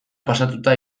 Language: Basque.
pasatuta